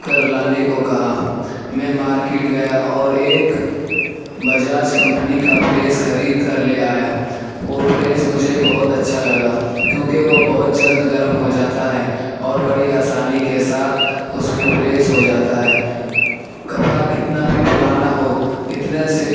کر لانے کو کہا میں مارکیٹ گیا اور ایک بجاج کمپنی كا پریس خرید كر لے آیا وہ پریس مجھے بہت اچھا لگا کیوںکہ وہ بہت جلد گرم ہو جاتا ہے اور بڑی آسانی كے ساتھ اُس میں پریس ہو جاتا ہے کپڑا کتنا بھی پرانا ہو اتنے سے